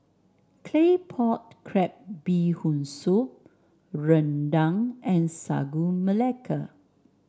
Claypot Crab Bee Hoon Soup rendang and Sagu Melaka